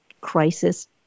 crisis